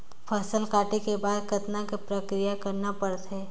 फसल काटे के बाद कतना क प्रक्रिया करना पड़थे?